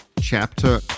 chapter